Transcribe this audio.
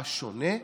הצבעה שונה,